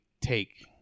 take